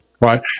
Right